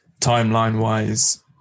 timeline-wise